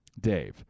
Dave